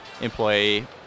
employee